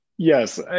yes